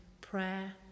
prayer